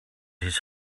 his